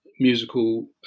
Musical